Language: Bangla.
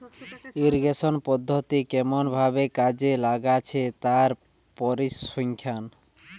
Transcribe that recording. ইরিগেশন পদ্ধতি কেমন ভাবে কাজে লাগছে তার পরিসংখ্যান